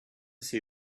see